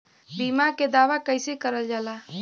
बीमा के दावा कैसे करल जाला?